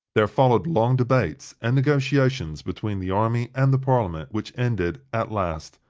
there followed long debates and negotiations between the army and the parliament, which ended, at last,